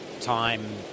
time